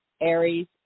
Aries